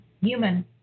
human